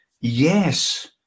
yes